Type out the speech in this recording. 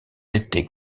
été